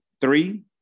Three